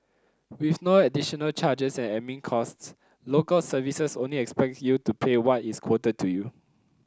with no additional charges and admin costs Local Services only expects you to pay what is quoted to you